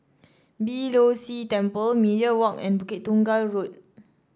Beeh Low See Temple Media Walk and Bukit Tunggal Road